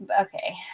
okay